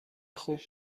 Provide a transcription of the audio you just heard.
خوب